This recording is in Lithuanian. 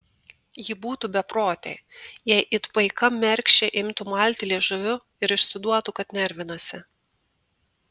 ji būtų beprotė jei it paika mergšė imtų malti liežuviu ir išsiduotų kad nervinasi